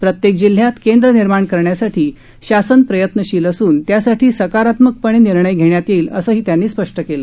प्रत्येक जिल्ह्यात केंद्र निर्माण करण्यासाठी शासन प्रयत्नशील असून त्यासाठी सकारात्मकपणे निर्णय घेण्यात येईल असही त्यांनी स्पष्टं केलं